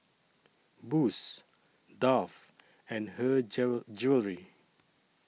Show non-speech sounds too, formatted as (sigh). Boost Dove and Her (unintelligible) Jewellery